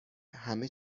همه